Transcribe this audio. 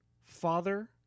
father